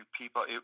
people